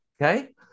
Okay